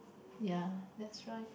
ya that's right